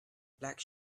black